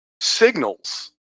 signals